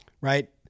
Right